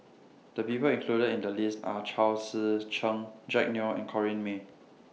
The People included in The list Are Chao Tzee Cheng Jack Neo and Corrinne May